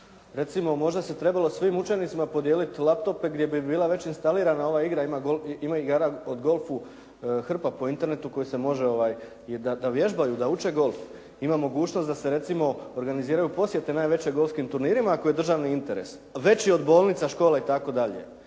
Recimo možda se trebalo svim učenicima podijeliti laptope gdje bi bila već instalirana ova igra, ima igara o golfu hrpa po Internetu koji se može, da vježbaju, da uče golf. Ima mogućnost da se recimo organiziraju posjete najvećim golfskim turnirima ako je državni interes, a veći od bolnica, škola itd.